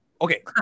Okay